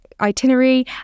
itinerary